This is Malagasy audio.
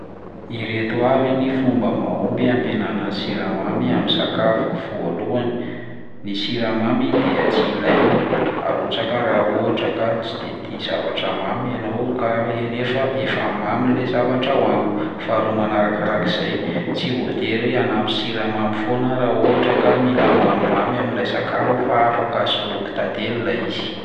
Ireto avy ny fomba mahomby hampihenana ny siramamy amin'ny sakafoko: voalohany, ny siramamy dia tsy ilaina arotsaka raha ohatra ka tsy de tia zavatra mamy ianao ka e- nefa efa mamy le zavatra hohaniko; faharoa manarakarak'izay tsy voatery hanampy siramamy foana aho raha ohatra ka mila mamimamy amin'ilay sakafo fa afaka soloiko tantely ilay izy.